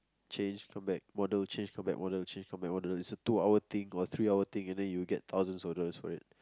change come back model change come back model change come back model there's a two hour thing or three hour thing and then you get thousand of dollars for it